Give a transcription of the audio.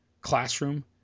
classroom